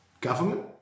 government